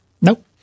Nope